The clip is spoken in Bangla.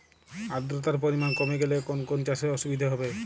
আদ্রতার পরিমাণ কমে গেলে কোন কোন চাষে অসুবিধে হবে?